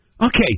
Okay